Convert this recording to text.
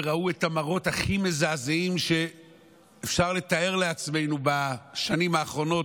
וראו את המראות הכי מזעזעים שאפשר לתאר לעצמנו בשנים האחרונות,